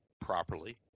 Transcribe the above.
properly